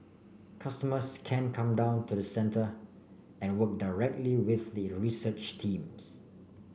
customers can come down to the centre and work directly with the research teams